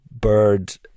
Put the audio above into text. bird